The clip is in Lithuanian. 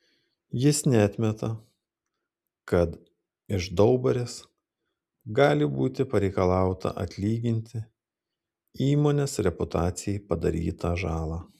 jis neatmeta kad iš daubarės gali būti pareikalauta atlyginti įmonės reputacijai padarytą žalą